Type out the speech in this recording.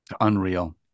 Unreal